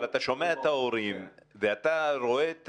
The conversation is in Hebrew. אבל אתה שומע את הורים, ואתה רואה את